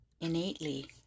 innately